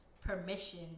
permission